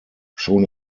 schon